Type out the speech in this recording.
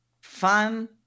fun